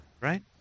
Right